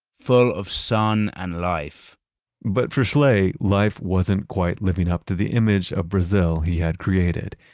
full of sun and life but for schlee life wasn't quite living up to the image of brazil he had created.